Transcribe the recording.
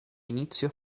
inizio